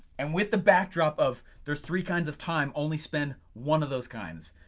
and with the backdrop of there's three kinds of time, only spend one of those kinds,